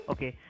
Okay